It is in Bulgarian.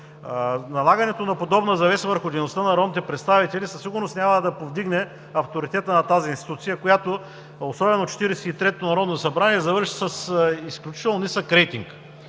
Налагането на подобна завеса върху дейността на народните представители със сигурност няма да повдигне авторитета на тази институция. Особено 43-тото Народно събрание завърши с изключително нисък рейтинг.